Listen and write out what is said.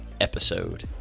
episode